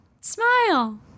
smile